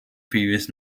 previous